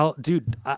Dude